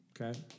okay